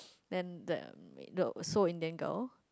then the so the Indian girl